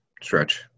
stretch